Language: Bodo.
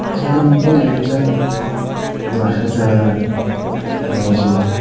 जोनोमनिफ्राय गोरिबजों नाख्रेबजानायमोन आंनि जिउआ